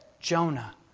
Jonah